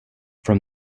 from